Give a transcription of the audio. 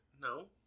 No